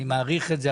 אני מעריך את זה.